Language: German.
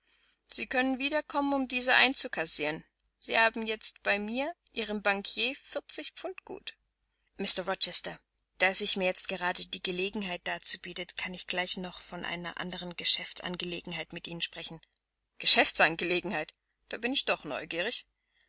sie können wieder kommen um diese einzukassieren sie haben jetzt bei mir ihrem banquier vierzig pfund gut mr rochester da sich mir jetzt gerade gelegenheit dazu bietet kann ich gleich noch von einer anderen geschäftsangelegenheit mit ihnen sprechen geschäftsangelegenheit da bin ich doch neugierig